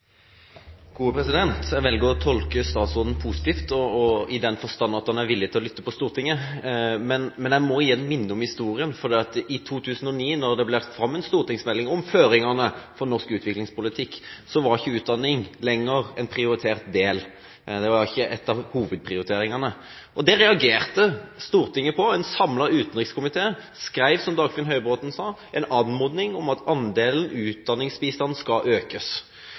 Jeg velger å tolke statsråden positivt, i den forstand at han er villig til å lytte til Stortinget. Men jeg må igjen minne om historien: I 2009, da det ble lagt fram en stortingsmelding om føringene for norsk utviklingspolitikk, var ikke lenger utdanning en prioritert del. Det var ikke en av hovedprioriteringene. Det reagerte Stortinget på. En samlet utenrikskomité skrev, som Dagfinn Høybråten sa, en anmodning om at andelen utdanningsbistand skal økes.